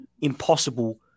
impossible